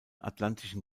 atlantischen